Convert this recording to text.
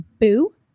Boo